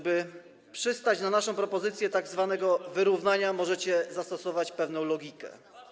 By przystać na naszą propozycję tzw. wyrównania, możecie zastosować pewną logikę.